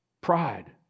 Pride